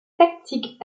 tactique